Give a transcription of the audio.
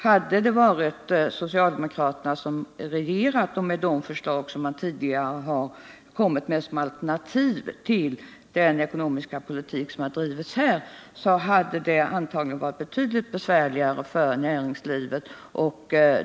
Hade socialdemokraterna regerat och genomfört de förslag som de tidigare framlagt såsom alternativ till den ekonomiska politik som förts, hade näringslivet antagligen haft det betydligt besvärligare.